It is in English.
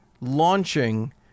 launching